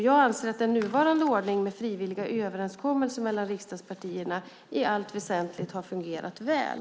Jag anser att den nuvarande ordningen med frivilliga överenskommelser mellan riksdagspartierna i allt väsentligt har fungerat väl.